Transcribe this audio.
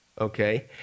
okay